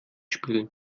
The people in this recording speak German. spielen